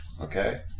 okay